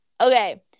Okay